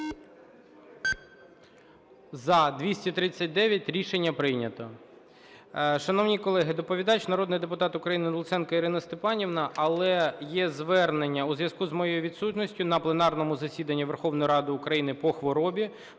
За-239 Рішення прийнято.